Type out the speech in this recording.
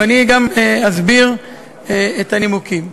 ואני גם אסביר את הנימוקים.